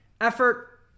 Effort